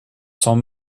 sans